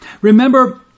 Remember